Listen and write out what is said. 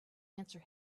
answer